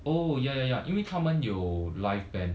oh ya ya ya 因为他们有 live band